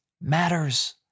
matters